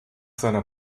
seiner